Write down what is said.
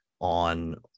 on